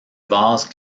vase